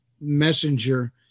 messenger